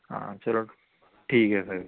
ہاں چلو ٹھیک ہے سر